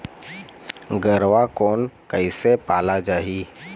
गरवा कोन कइसे पाला जाही?